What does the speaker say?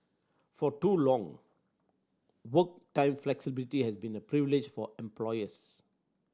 for too long work time flexibility has been a privilege for employers